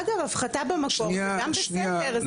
אגב, הפחתה במקור זה גם בסדר.